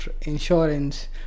insurance